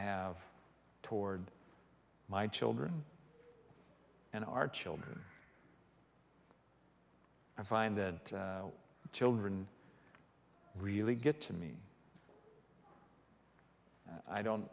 have toward my children and our children i find that children really get to me i don't